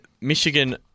Michigan